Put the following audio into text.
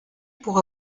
pour